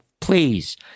Please